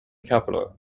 capital